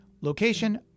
Location